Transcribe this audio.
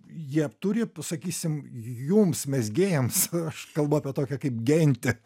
jie turi sakysim jums mezgėjams aš kalbu apie tokią kaip gentį